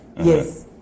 yes